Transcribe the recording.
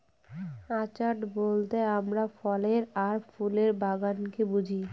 orchard বলতে আমরা ফলের আর ফুলের বাগানকে বুঝি